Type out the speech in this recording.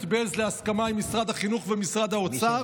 בעלז להסכמה עם משרד החינוך ומשרד האוצר